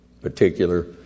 particular